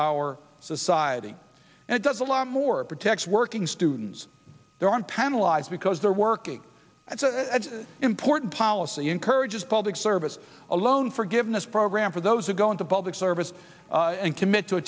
our society and it does a lot more protect working students there aren't penalize because they're working that's an important policy encourages public service a loan forgiveness program for those who go into public service and commit to a